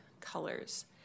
colors